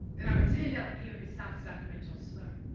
then i pretend i don't hear his south sacramento slur.